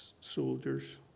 Soldiers